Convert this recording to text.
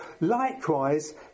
Likewise